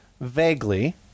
Vaguely